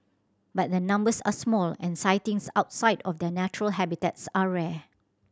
but the numbers are small and sightings outside of their natural habitats are rare